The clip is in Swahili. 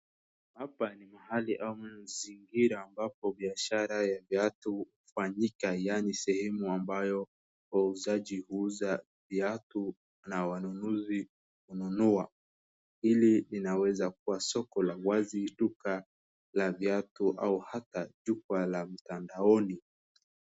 Hapa ni mahali ama mazingira ambapo biashara ya viatu hufanyika yaani sehemu ambayo wauzaji huuza viatu na wanunuzi hununua. Hili linaweza kuwa soko la wazi, duka la viatu, au hata duka la mtandaoni.